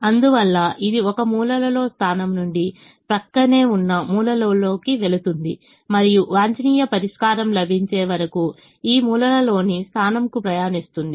అందువల్ల ఇది ఒక మూలలో స్థానం నుండి ప్రక్కనే ఉన్న మూలలోకి వెళుతుంది మరియు వాంఛనీయ పరిష్కారం లభించే వరకు ఈ మూలలోని స్థానంకు ప్రయాణిస్తుంది